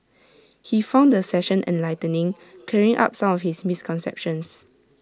he found the session enlightening clearing up some of his misconceptions